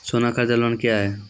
सोना कर्ज लोन क्या हैं?